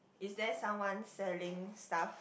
is there someone selling stuff